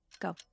Go